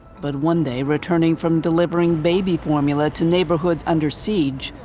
but one day returning from delivering baby formula to neighbourhoods under siege,